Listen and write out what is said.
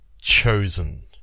Chosen